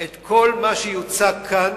את כל מה שיוצע כאן.